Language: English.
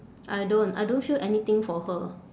I don't I don't feel anything for her